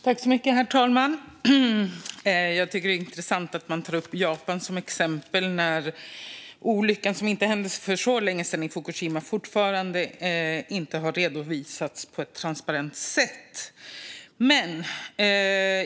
Herr talman! Jag tycker att det är intressant att ta upp Japan som exempel när olyckan i Fukushima, som hände för inte så länge sedan, fortfarande inte har redovisats på ett transparent sätt.